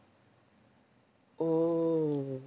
oh